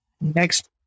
next